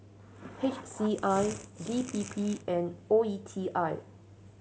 H C I D P P and O E T I